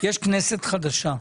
יש כנסת חדשה,